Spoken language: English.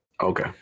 Okay